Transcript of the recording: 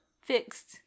fixed